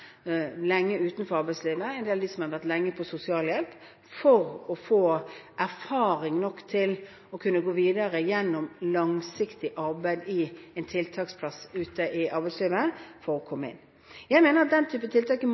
lenge hjemme, lenge utenfor arbeidslivet, en del av de som hadde vært lenge på sosialhjelp, skulle få erfaring nok til å kunne gå videre gjennom langsiktig arbeid i en tiltaksplass ute i arbeidslivet – for å komme inn. Jeg mener at den type tiltak